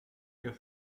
your